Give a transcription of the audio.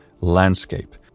landscape